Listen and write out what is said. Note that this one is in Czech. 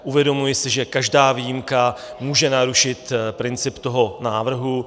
Uvědomuji si, že každá výjimka může narušit princip toho návrhu.